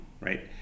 right